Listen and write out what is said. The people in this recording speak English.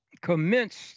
commenced